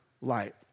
light